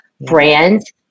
brands